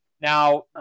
Now